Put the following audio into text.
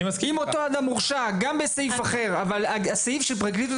אם אותו אדם הורשע גם בסעיף אחר אבל הסעיף שפרקליטות